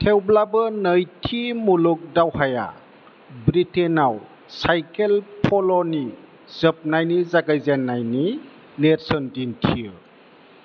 थेवब्लाबो नैथि मुलुग दावहाया ब्रिटेनाव साइकेल पल'नि जोबनायनि जागायजेननायनि नेरसोन दिन्थियो